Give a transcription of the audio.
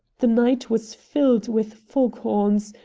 the night was filled with fog-horns,